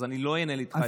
אז אני לא אנהל איתך דיון,